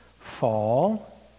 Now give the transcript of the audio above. fall